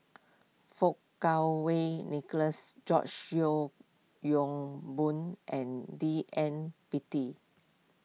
Fang Kuo Wei Nicholas George Yeo Yong Boon and D N Pritt